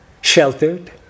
sheltered